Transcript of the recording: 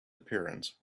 appearance